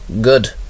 Good